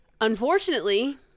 Unfortunately